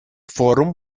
форум